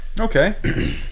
okay